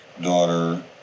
Daughter